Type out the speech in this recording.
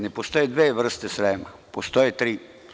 Ne postoje dve vrste Srema, postoje tri.